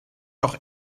doch